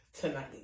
tonight